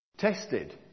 Tested